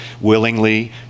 Willingly